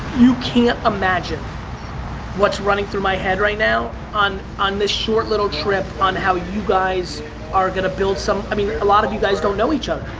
you can't imagine what's running through my head right now on on this short little trip on how you guys are gonna build some i mean, a lot of you guys don't know each other.